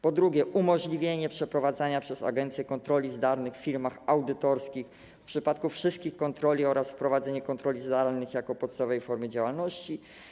Po drugie, chodzi o umożliwienie przeprowadzania przez agencję kontroli zdalnych w firmach audytorskich w przypadku wszystkich kontroli oraz wprowadzenie kontroli zdalnych jako podstawowej formy działalności.